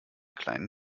kleinen